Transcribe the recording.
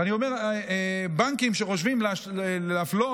ואני אומר, בנקים שחושבים להפלות